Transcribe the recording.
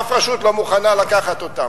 אף רשות לא מוכנה לקחת אותם.